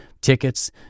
tickets